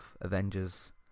Avengers